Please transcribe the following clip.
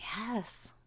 yes